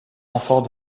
renfort